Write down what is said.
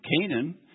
Canaan